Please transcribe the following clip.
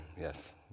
Yes